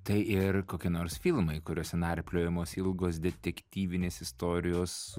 tai ir kokie nors filmai kuriuose narpliojamos ilgos detektyvinės istorijos